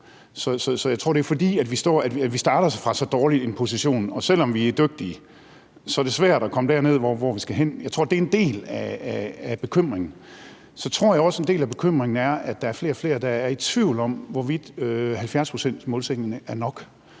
Så jeg tror, det er, fordi vi starter fra så dårlig en position, og selv om vi er dygtige, er det svært at komme derned, hvor vi skal med udledningen. Jeg tror, det er en del af bekymringen. Så tror jeg også, at en del af bekymringen går på, at der er flere og flere, der er i tvivl om, hvorvidt 70-procentsmålsætningen er nok.